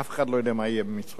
אף אחד לא יודע מה יהיה במצרים.